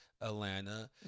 Atlanta